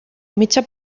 mitja